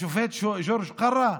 השופט ג'ורג' קרא.